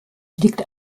liegt